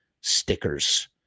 Stickers